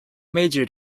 majored